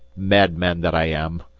madman that i am!